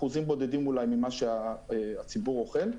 אחוזים בודדים אולי ממה שהציבור אוכל,